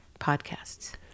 podcasts